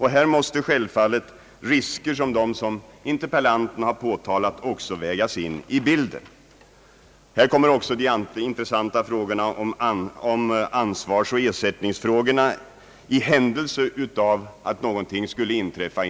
Här måste självfallet sådana risker som interpellanten har framhållit också vägas in i bilden. Här kommer också de intressanta ansvarsoch ersättningsfrågorna in i bilden för den händelse att någonting skulle inträffa.